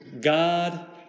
God